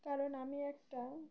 কারণ আমি একটা